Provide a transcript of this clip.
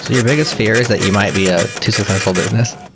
ah your biggest fear is that you might be a too successful business?